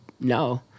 no